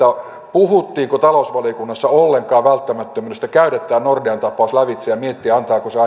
puhuttiinko talousvaliokunnassa ollenkaan välttämättömyydestä käydä tämä nordean tapaus lävitse ja miettiä antaako se